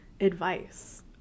advice